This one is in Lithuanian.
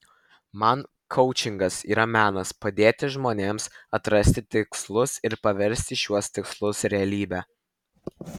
man koučingas yra menas padėti žmonėms atrasti tikslus ir paversti šiuos tikslus realybe